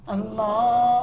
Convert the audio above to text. Allah